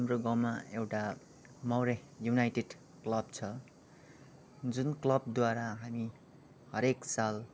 हाम्रो गाउँमा एउटा मौरे युनाइटेड क्लब छ जुन क्लबद्वारा हामी हरेक साल